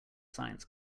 science